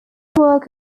work